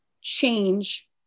change